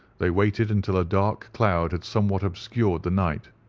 they waited until a dark cloud had somewhat obscured the night,